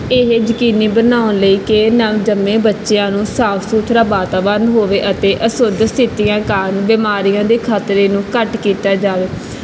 ਇਹ ਯਕੀਨੀ ਬਣਾਉਣ ਲਈ ਕਿ ਨਵਜੰਮੇ ਬੱਚਿਆਂ ਨੂੰ ਸਾਫ਼ ਸੁਥਰਾ ਵਾਤਾਵਰਨ ਹੋਵੇ ਅਤੇ ਅਸ਼ੁੱਧ ਸਥਿਤੀਆਂ ਕਾਰਨ ਬਿਮਾਰੀਆਂ ਦੇ ਖਤਰੇ ਨੂੰ ਘੱਟ ਕੀਤਾ ਜਾਵੇ